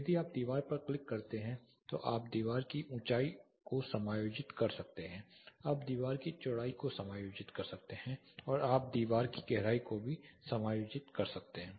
यदि आप दीवार पर क्लिक करते हैं तो आप दीवार की ऊंचाई को समायोजित कर सकते हैं आप दीवार की चौड़ाई को समायोजित कर सकते हैं और आप दीवार की गहराई को भी समायोजित कर सकते हैं